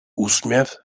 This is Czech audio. úsměv